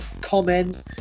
comment